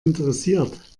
interessiert